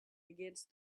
against